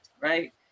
right